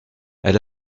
elle